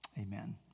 amen